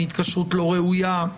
מהתקשרות לא ראויה.